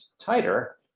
tighter